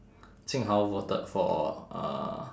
jing hao voted for uh